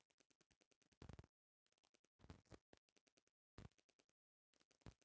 सरकार द्वारा इकट्ठा भईल कर के राजस्व कहल जाला